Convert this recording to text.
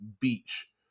beach